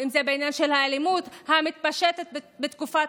אם זה בעניין של האלימות המתפשטת בתקופת